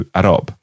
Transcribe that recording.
arab